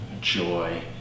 joy